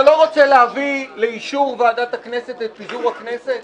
אתה לא רוצה להביא לאישור ועדת הכנסת את פיזור הכנסת?